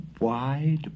wide